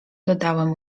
dodałem